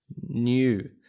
new